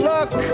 Look